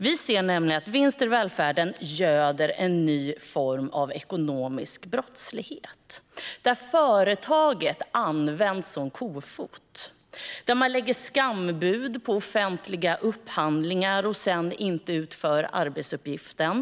Vi ser nämligen att vinster i välfärden göder en ny form av ekonomisk brottslighet, där företaget används som kofot och där man lägger skambud på offentliga upphandlingar och sedan inte utför arbetsuppgiften.